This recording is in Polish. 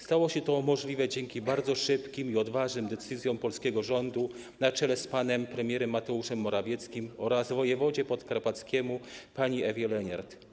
Stało się to możliwe dzięki bardzo szybkim i odważnym decyzjom polskiego rządu na czele z panem premierem Mateuszem Morawieckim oraz wojewody podkarpackiego pani Ewy Leniart.